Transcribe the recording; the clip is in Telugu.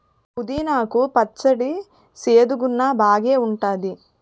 పుదీనా కు పచ్చడి సేదుగున్నా బాగేఉంటాది